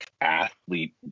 athlete